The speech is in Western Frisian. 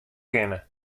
kinne